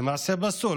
זה מעשה פסול.